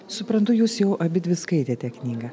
suprantu jūs jau abidvi skaitėte knygą